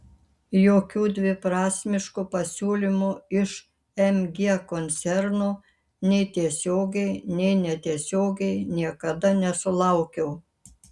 jokių dviprasmiškų pasiūlymų iš mg koncerno nei tiesiogiai nei netiesiogiai niekada nesulaukiau